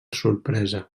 sorpresa